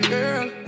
Girl